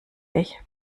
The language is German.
ich